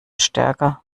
stärker